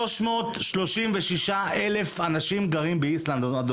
336,000 אנשים גרים באיסלנד.